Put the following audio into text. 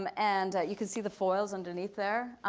um and you can see the foils underneath there.